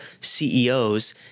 CEOs